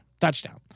Touchdown